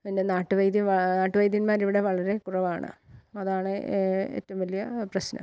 പിന്നെ നാട്ടുവൈദ്യം നാട്ടുവൈദ്യന്മാർ ഇവിടെ വളരെ കുറവാണ് അതാണ് ഏറ്റവും വലിയ പ്രശ്നം